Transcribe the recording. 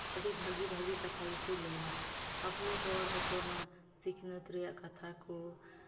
ᱟᱹᱰᱤ ᱵᱷᱟᱹᱜᱤ ᱵᱷᱟᱹᱜᱤ ᱠᱟᱛᱷᱟ ᱜᱮᱠᱚ ᱞᱟᱹᱭᱼᱟ ᱟᱵᱚ ᱦᱚᱲ ᱦᱚᱯᱚᱱᱟᱜ ᱥᱤᱠᱷᱱᱟᱹᱛ ᱨᱮᱭᱟᱜ ᱠᱟᱛᱷᱟ ᱠᱚ